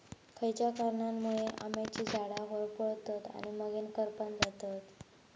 खयच्या कारणांमुळे आम्याची झाडा होरपळतत आणि मगेन करपान जातत?